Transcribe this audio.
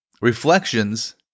Reflections